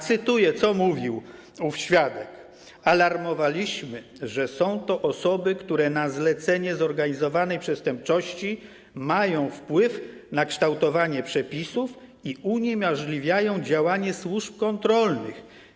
Cytuję, co mówił ów świadek: Alarmowaliśmy, że są to osoby, które na zlecenie zorganizowanej przestępczości mają wpływ na kształtowanie przepisów i uniemożliwiają działanie służb kontrolnych.